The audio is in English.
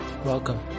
Welcome